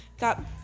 got